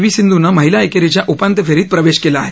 V सिंधूनं महिला एकेरीच्या उपान्त्य फेरीत प्रवेश केला आहे